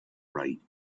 right